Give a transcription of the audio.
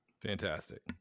Fantastic